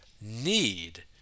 need